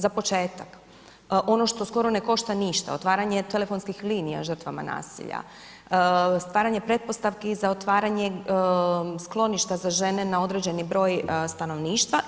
Za početak ono što skoro ne košta ništa, otvaranje telefonskih linija žrtvama nasilja, stvaranje pretpostavki za otvaranje skloništa za žene na određeni broj stanovništva.